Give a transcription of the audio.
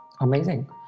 Amazing